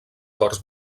corts